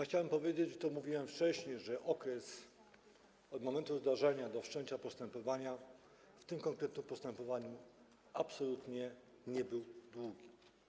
Chciałem powiedzieć, i mówiłem to wcześniej, że okres od momentu zdarzenia do wszczęcia postępowania w tym konkretnym postępowaniu absolutnie nie był długi.